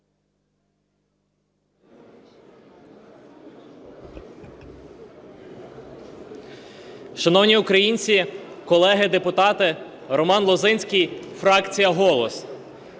Шановні українці, колеги депутати! Роман Лозинський, фракція "Голос".